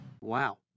Wow